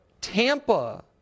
Tampa